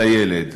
לילד.